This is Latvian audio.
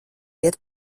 iet